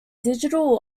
digital